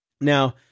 Now